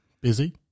Busy